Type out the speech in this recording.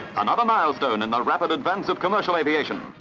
another milestone in the rapid advance of commercial aviation.